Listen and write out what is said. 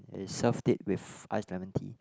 it served it with iced lemon tea